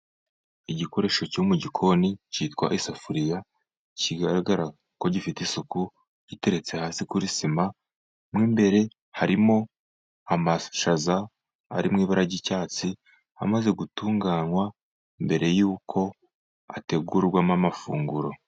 Igikoresho cyo mu gikoni cyitwa isafuriya, kigaragara ko gifite isuku giteretse hasi kuri sima. Mo imbere harimo amashaza ari mu ibara ry'icyatsi, amaze gutunganywa mbere y'uko ategurwamo amafunguro.